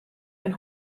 ein